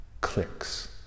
clicks